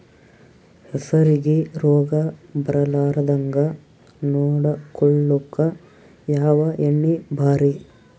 ಹೆಸರಿಗಿ ರೋಗ ಬರಲಾರದಂಗ ನೊಡಕೊಳುಕ ಯಾವ ಎಣ್ಣಿ ಭಾರಿ?